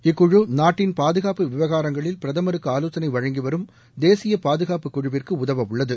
இக்குழு நாட்டின் பாதுகாப்பு விவகாரங்களில் பிரதமருக்கு ஆலோசனை வழங்கி வரும் தேசிய பாதுகாப்பு குழுவிற்கு உதவ உள்ளது